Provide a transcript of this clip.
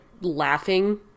laughing